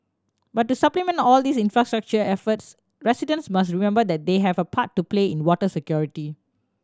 but to supplement all these infrastructure efforts residents must remember that they have a part to play in water security